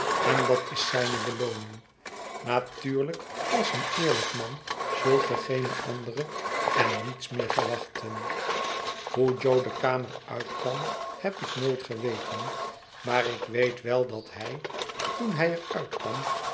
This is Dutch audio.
en dat is zijne belooning natuurlijk als een eerlijk man zult ge geene andere en niets meer verwachten hoe jo de kamer uitkwam heb ik nooit geweten maar ik weet wel dat hij toen hij er uitkwam